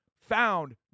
found